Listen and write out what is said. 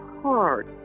hard